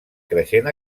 creixent